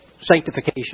sanctification